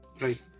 right